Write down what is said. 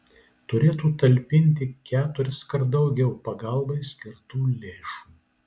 turėtų talpinti keturiskart daugiau pagalbai skirtų lėšų